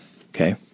okay